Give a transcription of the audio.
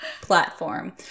platform